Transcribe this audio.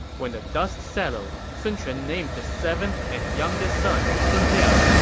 when the dust settled, sun quan named his seventh and youngest son, sun liang,